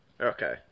Okay